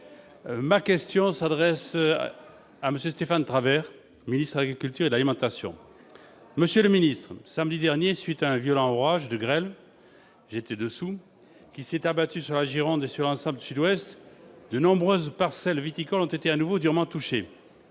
Ma question s'adresse à M. Stéphane Travert, ministre de l'agriculture et de l'alimentation. Samedi dernier, à la suite d'un violent orage de grêle- j'étais dessous -, qui s'est abattu sur la Gironde et sur l'ensemble du Sud-Ouest, de nombreuses parcelles viticoles ont été de nouveau durement touchées.